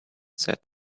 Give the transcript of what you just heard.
said